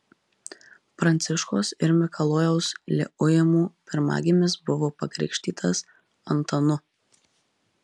pranciškos ir mikalojaus liuimų pirmagimis buvo pakrikštytas antanu